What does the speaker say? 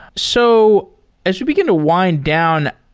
so as we begin to wind down,